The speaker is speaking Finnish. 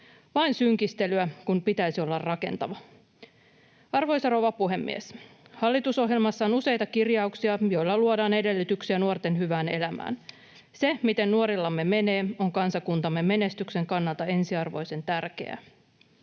vain synkistelyä, kun pitäisi olla rakentava. Arvoisa rouva puhemies! Hallitusohjelmassa on useita kirjauksia, joilla luodaan edellytyksiä nuorten hyvään elämään. Se miten nuorillamme menee, on kansakuntamme menestyksen kannalta ensiarvoisen tärkeää.